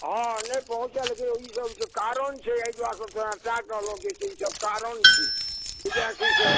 हँ नहि पहुँचल के ईसभ कारण छै एहिसँ बच्चाके लोकसभ जे छै ईसभ कारण छी विद्यर्थीसभ